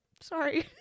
Sorry